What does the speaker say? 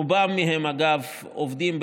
רובם עובדים,